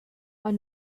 are